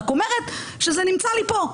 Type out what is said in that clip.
אני רק אומרת שזה נמצא לי פה,